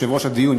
יושב-ראש הדיון,